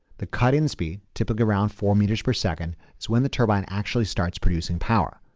the cut-in speed, typically around four meters per second is when the turbine actually starts producing power.